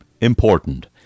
important